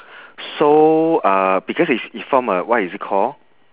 so uh because it's it form uh what is it called